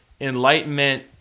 enlightenment